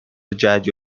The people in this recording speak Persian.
جهت